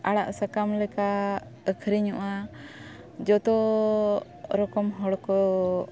ᱟᱲᱟᱜ ᱥᱟᱠᱟᱢ ᱞᱮᱠᱟ ᱟᱹᱠᱷᱨᱤᱧᱚᱜᱼᱟ ᱡᱷᱚᱛᱚ ᱨᱚᱠᱚᱢ ᱦᱚᱲ ᱠᱚ